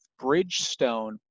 Bridgestone